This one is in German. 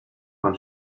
von